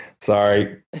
Sorry